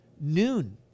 noon